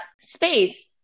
space